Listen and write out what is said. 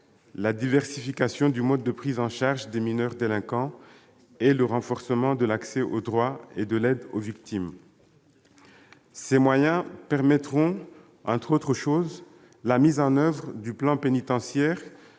la diversification des modes de prise en charge des mineurs délinquants ; le renforcement de l'accès au droit et de l'aide aux victimes. Ces moyens permettront, entre autres choses, la mise en oeuvre du plan pénitentiaire